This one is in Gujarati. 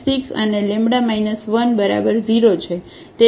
તેથી λ 6 અને λ 1 બરાબર 0 છે